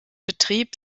betrieb